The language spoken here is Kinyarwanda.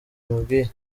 bimubwiye